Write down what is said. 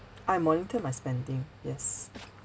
I monitor my spending yes